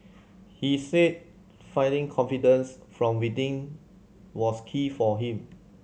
he said finding confidence from within was key for him